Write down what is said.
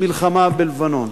מלחמה בלבנון,